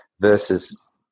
versus